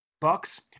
bucks